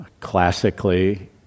Classically